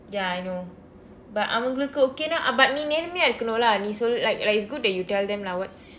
ya I know but அவங்களுக்கு:avangkalukku okay but நீ நேர்மையா இருக்கனும்:ni neermaiyaa irukkanum lah நீ சொல்லு:nii sollu like like it's good that you tell them lah what's